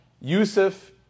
Yusuf